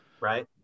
Right